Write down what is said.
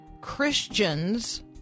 Christians